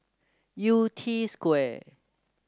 Yew Tee Square